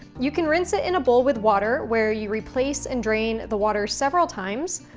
you can rinse it in a bowl with water, where you replace and drain the water several times,